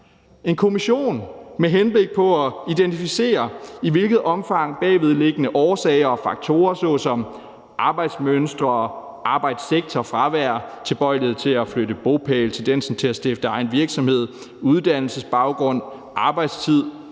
en kommission med henblik på at identificere, i hvilket omfang bagvedliggende årsager og faktorer såsom arbejdsmønstre, arbejdssektor, fravær, tilbøjelighed til at flytte bopæl, tendensen til at stifte egen virksomhed, uddannelsesbaggrund, arbejdstid,